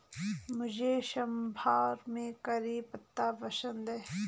मुझे सांभर में करी पत्ता पसंद है